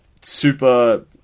super